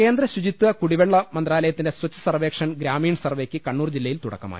കേന്ദ്ര ശുചിത്വ കുടിവെള്ള മന്ത്രാലയത്തിന്റെ സ്വച്ഛ് സർവ്വേ ക്ഷൻ ഗ്രാമീൺ സർവേക്ക് കണ്ണൂർ ജില്ലയിൽ തുടക്കമായി